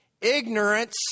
Ignorance